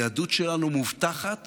היהדות שלנו מובטחת